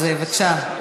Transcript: אז בבקשה,